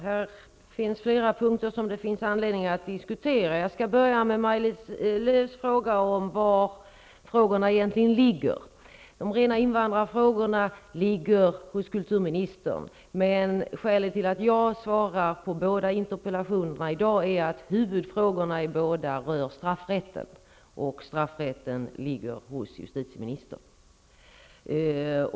Herr talman! Det finns anledning att diskutera flera punkter här. Jag skall börja med Maj-Lis Lööws fråga om var frågorna egentligen ligger. De rena invandrarfrågorna hör hemma under kulturministern, men skälet till att jag svarar på båda interpellationerna i dag är att huvudfrågorna i båda rör straffrätten, och denna ligger under justitieministern.